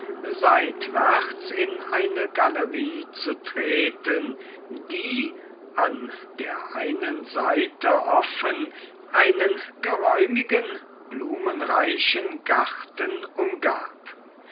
seitwärts in eine galerie zu treten die an der einen seite offen einen geräumigen blumenreichen garten umgab